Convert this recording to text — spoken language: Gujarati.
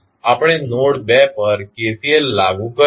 આપણે નોડ 2 પર KCL લાગુ કરશું